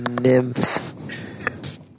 nymph